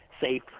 safe